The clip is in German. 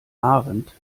ahrendt